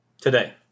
Today